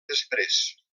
després